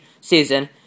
season